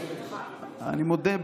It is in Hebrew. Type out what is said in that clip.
אני מודה,